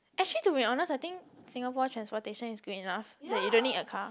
actually to be honest I think Singapore transportation is good enough that you don't need a car